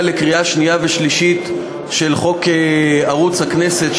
לקראת קריאה שנייה ושלישית של חוק ערוץ הכנסת,